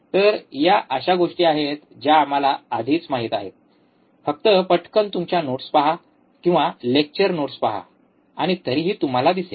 तर या अशा गोष्टी आहेत ज्या आम्हाला आधीच माहित आहेत फक्त पटकन तुमच्या नोट्स पहा किंवा लेक्चर नोट्स पहा आणि तरीही तुम्हाला दिसेल